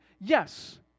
Yes